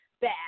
bad